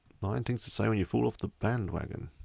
nine things to say when you fall off the bandwagon.